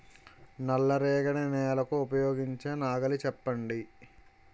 నల్ల రేగడి నెలకు ఉపయోగించే నాగలి చెప్పండి?